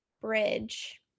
bridge